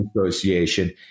Association